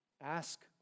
ask